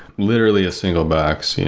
literally a single box, yeah